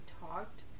talked